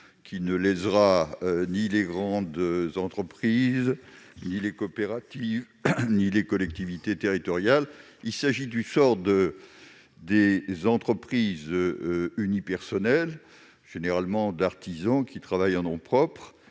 il ne lésera ni les grandes entreprises, ni les coopératives, ni les collectivités territoriales. Les entreprises unipersonnelles, généralement d'artisans, travaillent en nom propre